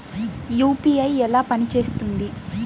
UPI ఎలా పనిచేస్తుంది?